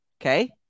Okay